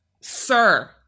sir